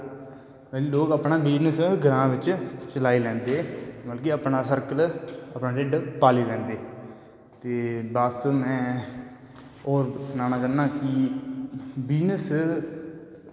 लोग अपनां बिजनस ग्रांऽ बिच्च चलाई लैंदे मतलव अपनां सर्कल अपनां ढिड पाली लैंदे ते बस में होर सनाना चाह्नां कि बिजनस